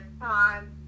time